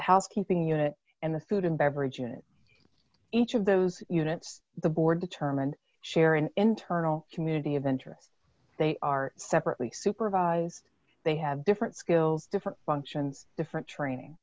housekeeping unit and the food and beverage unit each of those units the board determine share in internal community of interest they are separately supervised they have different skills different functions different training